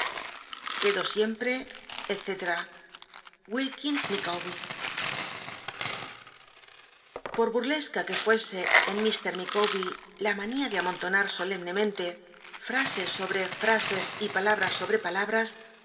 quedo siem pre etc por burlesca que fuese en mr micawber ht manía de amontonar solemnemente fmscs sobre frases y palabras sobre palabras